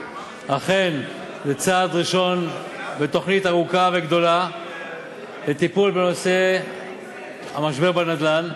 אכן זה צעד ראשון בתוכנית ארוכה וגדולה לטיפול בנושא המשבר בנדל"ן.